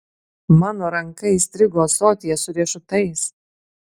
mano ranka įstrigo ąsotyje su riešutais